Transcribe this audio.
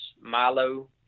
milo